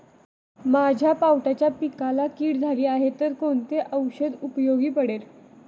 माझ्या पावट्याच्या पिकाला कीड झाली आहे तर कोणते औषध उपयोगी पडेल?